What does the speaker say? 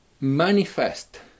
manifest